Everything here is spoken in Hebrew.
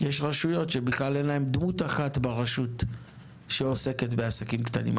יש רשויות שבכלל אין להן דמות אחת בלבד שעוסקת בעסקים קטנים.